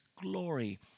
glory